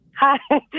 Hi